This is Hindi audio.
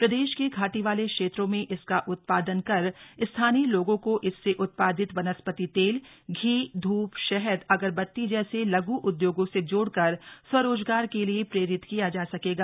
प्रदेश के घाटी वाले क्षेत्रों में इसका उत्पादन कर स्थानीय लोगों को इससे उत्पादित वनस्पति तेल घी धूप शहद अगरबत्ती जैसे लघ् उदयोगों से जोड़कर स्वरोजगार के लिए प्रेरित किया जा सकेगा